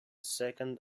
second